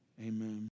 amen